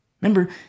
Remember